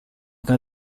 come